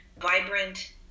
vibrant